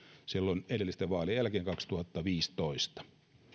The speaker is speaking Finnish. silloin edellisten vaalien jälkeen kaksituhattaviisitoista